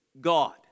God